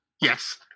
Yes